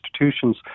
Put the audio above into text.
institutions